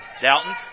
Dalton